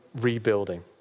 rebuilding